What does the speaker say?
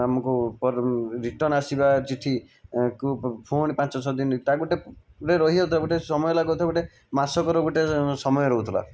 ଆମକୁ ରିଟର୍ନ ଆସିବା ଚିଠିକୁ ପୁଣି ପାଞ୍ଚ ଛଅ ଦିନି ତା ଗୋଟିଏ ଗୋଟିଏ ସମୟ ଲାଗୁଥିବ ମାସକର ଗୋଟିଏ ସମୟ ରହୁଥିଲା